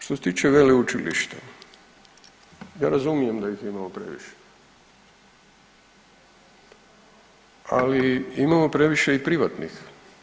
Što se tiče veleučilišta, ja razumijem da ih imamo previše, ali imamo previše i privatnih.